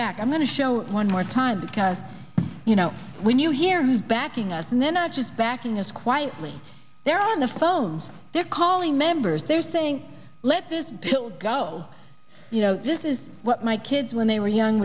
back i'm going to show one more time because you know when you hear who's backing us and they're not just backing us quietly they're on the phone they're calling members they're saying let this bill go you know this is what my kids when they were young